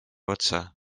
otsa